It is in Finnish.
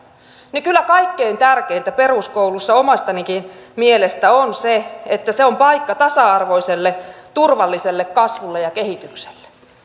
niin kyllä kaikkein tärkeintä peruskoulussa omastakin mielestäni on se että se on paikka tasa arvoiselle turvalliselle kasvulle ja kehitykselle